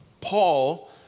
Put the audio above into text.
Paul